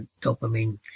dopamine